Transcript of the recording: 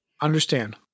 Understand